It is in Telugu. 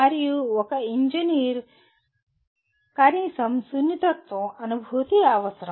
మరియు ఒక ఇంజనీర్ కనీసం సున్నితత్వం అనుభూతి అవసరం